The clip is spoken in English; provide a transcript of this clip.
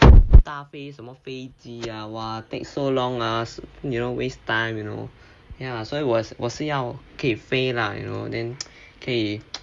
搭飞什么飞机 ah !wah! take so long ah you know waste time you know ya so 我我是要可以飞 lah you know then 可以